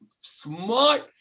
smart